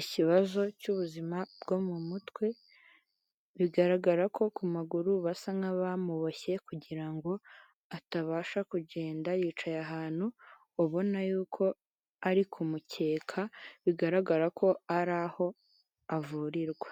ikibazo cy'ubuzima bwo mu mutwe, bigaragara ko ku maguru basa nk'abamuboshye kugira ngo atabasha kugenda, yicaye ahantu ubona yuko ari ku mukeka, bigaragara ko ari aho avurirwa.